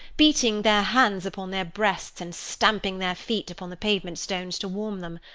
beating their hands upon their breasts, and stamping their feet upon the pavement stones to warm them.